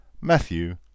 Matthew